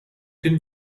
den